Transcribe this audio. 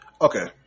Okay